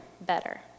better